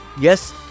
yes